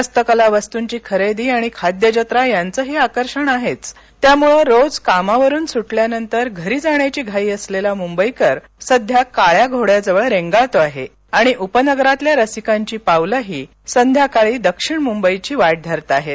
हस्तकला वस्तुंची खरेदी आणि खाद्यजत्रा यांचंही आकर्षण आहेच त्यामुळे रोज कामावरून सुटल्यानंतर घरी जाण्याची घाई असलेला मुंबईकर सध्या काळ्या घोड़याजवळ रेंगाळतो आहे आणि उपनगरातल्या रसिकांची पावलं ही संध्याकाळी दक्षिण मुंबईची वाट धरताहेत